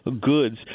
goods